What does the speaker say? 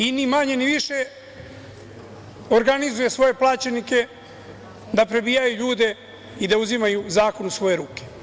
I ni manje ni više, organizuje svoje plaćenike da prebijaju ljude i da uzimaju zakon u svoje ruke.